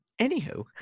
Anywho